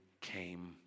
came